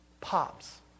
pops